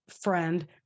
friend